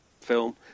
film